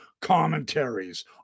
commentaries